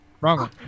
Wrong